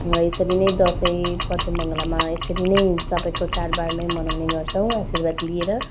र यसरी नै दसैँ पश्चिम बङ्गालमा यसरी नै सबको चाडबाडमा मनाउने गर्छौँ आशीर्वाद लिएर